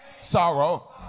sorrow